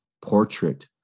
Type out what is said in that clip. portrait